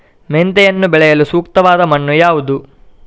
ಮೆಂತೆಯನ್ನು ಬೆಳೆಯಲು ಸೂಕ್ತವಾದ ಮಣ್ಣು ಯಾವುದು?